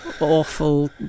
awful